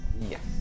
Yes